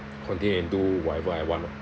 continue and do whatever I want